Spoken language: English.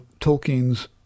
Tolkien's